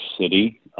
City